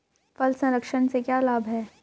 फल संरक्षण से क्या लाभ है?